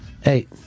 Hey